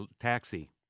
Taxi